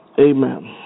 Amen